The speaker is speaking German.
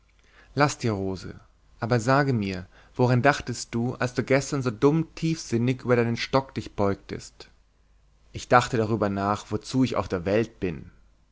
laß die rose aber sag mir woran dachtest du als du gestern so dumm tiefsinnig über deinen stock dich beugtest ich dachte darüber nach wozu ich auf der welt bin